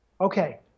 okay